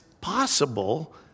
possible